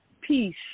peace